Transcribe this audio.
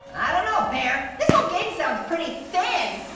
i don't know, pear. this whole game sounds pretty thin.